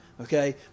okay